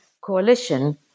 coalition